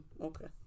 okay